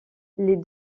les